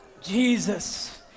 Jesus